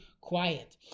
quiet